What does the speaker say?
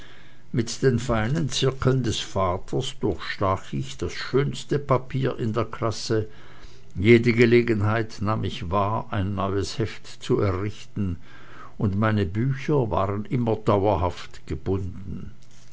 mit den feinen zirkeln des vaters durchstach ich das schönste papier in der klasse jede gelegenheit nahm ich wahr ein neues heft zu errichten und meine bücher waren immer dauerhaft gebunden